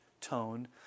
tone